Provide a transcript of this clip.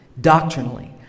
doctrinally